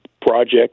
project